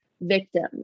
victims